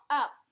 up